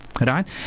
right